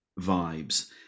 vibes